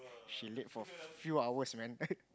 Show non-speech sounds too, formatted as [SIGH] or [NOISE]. she late for few hours man [LAUGHS]